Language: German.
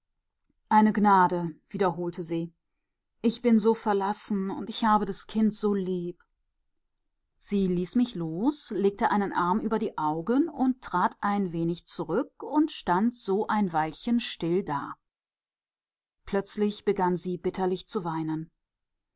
eine gnade wiederholte sie ich bin so verlassen und ich habe das kind so lieb sie ließ mich los legte einen arm über die augen trat ein wenig zurück und stand so ein weilchen still da plötzlich begann sie bitterlich zu weinen